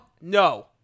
no